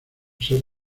ser